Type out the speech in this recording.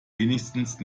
wenigstens